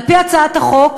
על-פי הצעת החוק,